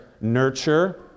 nurture